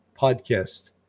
podcast